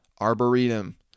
Arboretum